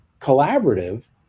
collaborative